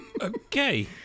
Okay